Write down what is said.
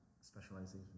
specialization